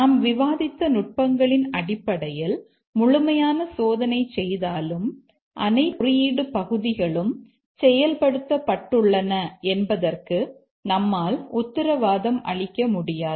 நாம் விவாதித்த நுட்பங்களின் அடிப்படையில் முழுமையான சோதனை செய்தாலும் அனைத்து குறியீடு பகுதிகளும் செயல்படுத்தப்பட்டுள்ளன என்பதற்கு நம்மால் உத்தரவாதம் அளிக்க முடியாது